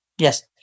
Yes